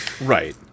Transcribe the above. Right